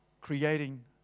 creating